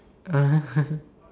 (uh huh)